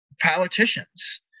politicians